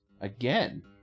again